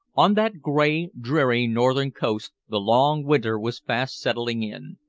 on that gray, dreary northern coast the long winter was fast setting in.